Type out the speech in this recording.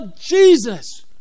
Jesus